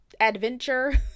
adventure